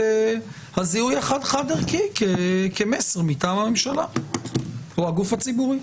הזיהוי החד חד-ערכי כמסר מטעם הממשלה או הגוף הציבורי.